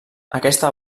aquesta